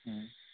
ம்